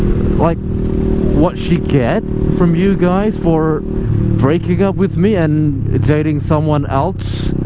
like what she get from you guys for breaking up with me and it's dating someone else